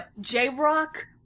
J-Rock